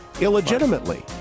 illegitimately